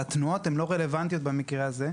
שהתנועות הן לא רלוונטיות במקרה הזה,